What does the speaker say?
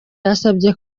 yasabye